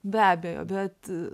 be abejo bet